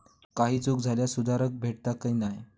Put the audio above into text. काही चूक झाल्यास सुधारक भेटता की नाय?